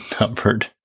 numbered